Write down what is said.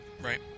Right